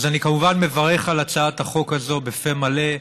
אז אני, כמובן, מברך על הצעת החוק הזאת בפה מלא,